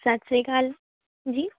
ਸਤਿ ਸ੍ਰੀ ਅਕਾਲ ਜੀ